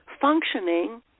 functioning